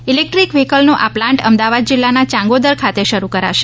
electric વ્હીકલનો આ plant Ahmedabad જિલ્લાના યાંગોદર ખાતે શરૂ કરાશે